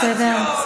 בסדר?